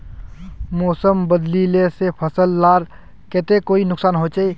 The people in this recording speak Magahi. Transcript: मौसम बदलिले से फसल लार केते कोई नुकसान होचए?